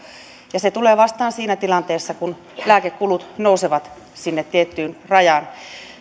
ja se tulee vastaan siinä tilanteessa kun lääkekulut nousevat sinne tiettyyn rajaan